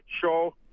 show